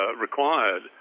required